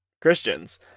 Christians